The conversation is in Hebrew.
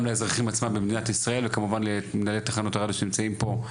גם לאזרחים במדינת ישראל וכמובן למנהלי תחנות הרדיו שנמצאים פה.